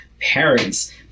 parents